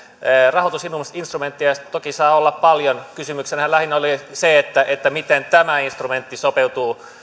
rahoitusinstrumentteja toki saa olla paljon kysymyksenähän lähinnä oli se miten tämä instrumentti